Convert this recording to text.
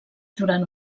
durant